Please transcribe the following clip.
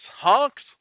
Honks